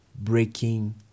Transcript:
breaking